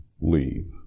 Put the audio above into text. leave